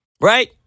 Right